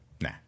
Nah